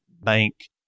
bank